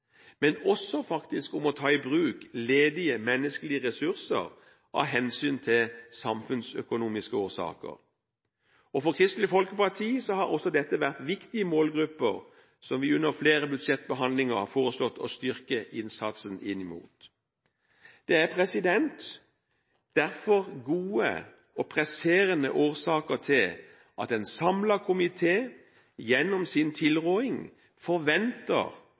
men også faktisk om å ta i bruk ledige menneskelige ressurser av hensyn til samfunnsøkonomiske årsaker. For Kristelig Folkeparti har også dette vært viktige målgrupper som vi under flere budsjettbehandlinger har foreslått å styrke innsatsen inn mot. Det er derfor gode og presserende årsaker til at en samlet komité, gjennom sin tilråding, forventer